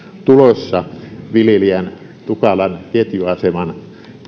tulossa viljelijän tukalan ketjuaseman